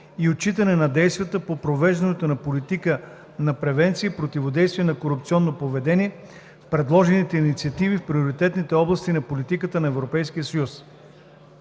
и отчитането на действията по провеждането на политика на превенция и противодействие на корупционно поведение в предложените инициативи в приоритетните области на политиката на